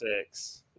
six